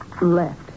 left